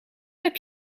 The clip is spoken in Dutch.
heb